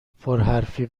پرحرفی